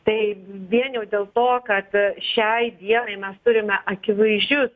tai vien jau dėl to kad a šiai dienai mes turime akivaizdžius